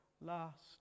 last